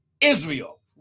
Israel